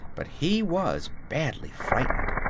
but he was badly frightened,